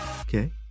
Okay